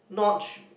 not